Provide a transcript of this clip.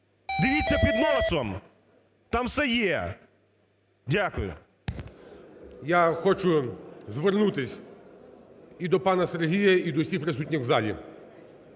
Дивіться під носом, там все є! Дякую. ГОЛОВУЮЧИЙ. Я хочу звернутись і до пана Сергія, і до всіх присутніх в залі.